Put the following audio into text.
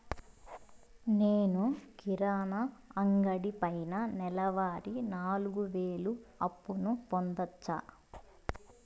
నేను కిరాణా అంగడి పైన నెలవారి నాలుగు వేలు అప్పును పొందొచ్చా?